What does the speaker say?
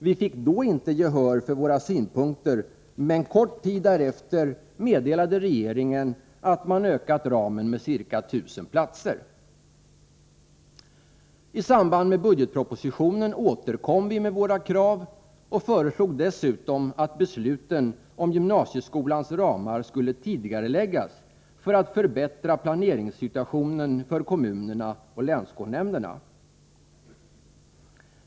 Vi fick då inte gehör för våra synpunkter, men kort tid därefter meddelade regeringen att man ökade ramen med drygt 1 000 platser. I samband med budgetpropositionen återkom vi med våra krav och föreslog dessutom att besluten om gymnasieskolans ramar skulle tidigareläggas för att förbättra planeringssituationen för kommunerna och länsskol nämnderna.